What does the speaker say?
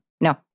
No